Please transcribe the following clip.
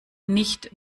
nicht